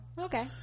okay